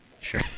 sure